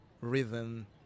rhythm